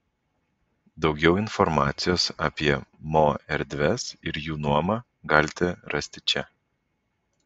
daugiau informacijos apie mo erdves ir jų nuomą galite rasti čia